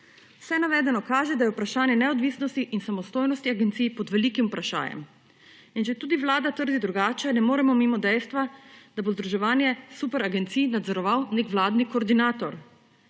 Vse navedeno kaže, da je vprašanje neodvisnosti in samostojnosti agencij pod velikim vprašajem. In četudi Vlada trdi drugače, ne moremo mimo dejstva, da bo združevanje superagencij nadzoroval nek vladni koordinator.